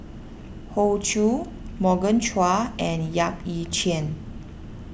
Hoey Choo Morgan Chua and Yap Ee Chian